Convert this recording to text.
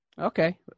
Okay